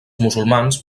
musulmans